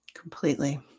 Completely